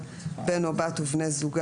בן או בת ובני זוגם,